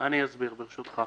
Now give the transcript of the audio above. אני אסביר, ברשותך.